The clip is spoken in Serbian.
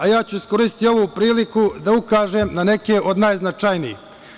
Iskoristiću ovu priliku da ukažem na neke od najznačajnijih.